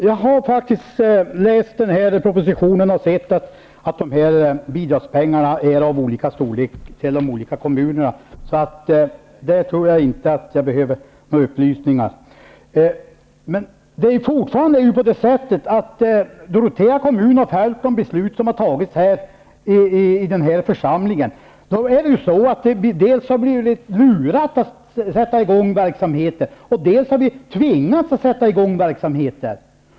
Herr talman! Ja, jag har läst propositionen och sett att de här bidragen till kommunerna är av olika storlek, så det tror jag inte att jag behöver upplysningar om. Men jag vill fortfarande hävda att Dorotea har följt de beslut som har fattats i den här församlingen, och då har vi dels blivit lurade att sätta i gång verksamheter, dels tvingats att sätta i gång verksamheter.